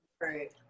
right